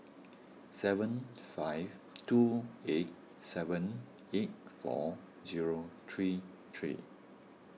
seven five two eight seven eight four zero three three